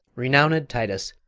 renowned titus,